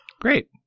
Great